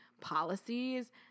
policies